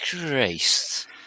Christ